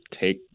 take